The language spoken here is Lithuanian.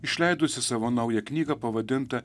išleidusį savo naują knygą pavadintą